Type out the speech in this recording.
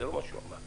זה לא מה שהוא אמר.